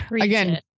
again